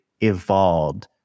evolved